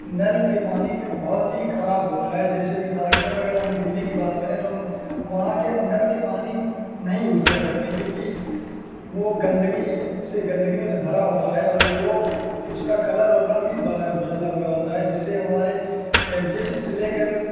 نل کے پانی بہت ہی خراب ہوتا ہے جیسے مثال کے طور پر اگر ہم دلی کی بات کریں تو ہم وہاں کے ہم نل کے پانی نہیں یوز کر سکتے ہیں کیونکہ وہ گندگی سے گندگیوں سے بھرا ہوتا ہے اور وہ اس کا کلر اور رنگ بھی بدلا ہوا ہوتا ہے جس سے ہم ہمارے جسم سے لے کر